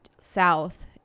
South